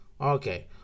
Okay